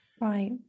Right